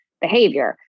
behavior